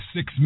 Six